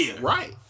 Right